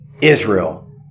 Israel